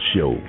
Show